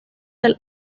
del